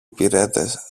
υπηρέτες